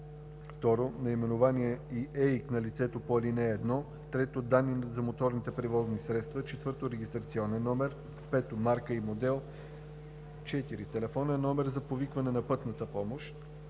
2. наименование и ЕИК на лицето по ал. 1; 3. данни за моторните превозни средства: а) регистрационен номер; б) марка и модел; 4. телефонен номер за повикване на пътната помощ;